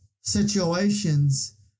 situations